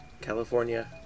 California